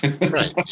Right